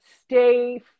stay